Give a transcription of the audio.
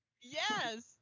yes